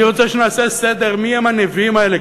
אני רוצה שנעשה סדר מי הם הנביאים האלה,